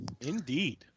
Indeed